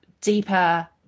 deeper